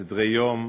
סדרי-יום,